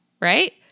right